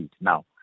Now